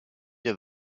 des